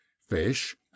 fish